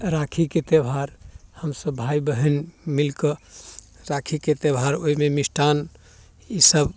राखीके त्योहार हमसभ भाय बहिन मिलकऽ राखीके त्योहार ओइमे मिष्ठान ई सभ